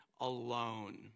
alone